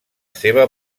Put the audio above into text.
seva